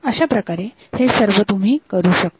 अशाप्रकारे हे सर्व तुम्ही करू शकता